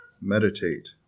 meditate